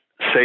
say